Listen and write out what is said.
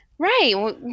Right